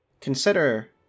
Consider